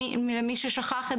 למי ששכח.